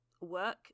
work